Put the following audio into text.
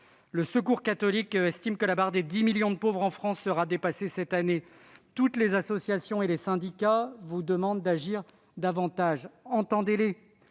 Le Secours catholique estime que la barre des 10 millions de pauvres en France sera dépassée cette année. Toutes les associations et les syndicats vous demandent d'agir davantage. Entendez-les !